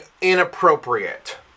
inappropriate